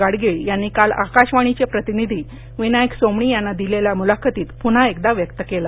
गाङगीळ यांनी काल आकाशवाणीचे प्रतिनिधी विनायक सोमणी यांना दिलेल्या मुलाखतीत पुन्हा एकदा व्यक्त केलं